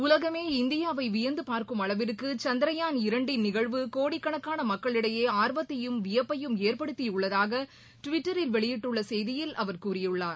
உலகமே இந்தியாவை வியந்து பார்க்கும் அளவிற்கு சந்திரயான் இரண்டின் நிகழ்வு கோடிக்கணக்கான மக்களிடையே ஆர்வத்தையும் வியப்பையும் ஏற்படுத்தியுள்ளதாக டுவிட்டரில் வெளியிட்டுள்ள செய்தியில் அவர் கூறியுள்ளார்